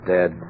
Dead